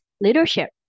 leadership